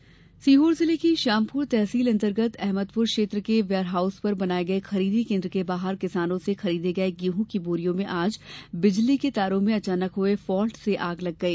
गेहूं आग सीहोर जिले की श्यामपुर तहसील अंतर्गत अहमदपुर क्षेत्र के वेयर हाउस पर बनाए गए खरीदी केंद्र के बाहर किसानों से खरीदे गए गेहूं की बोरियां में आज बिजली के तारों में अचानक हुए फाल्ट से आग लग गई